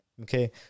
Okay